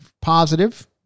positive